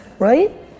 Right